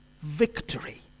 victory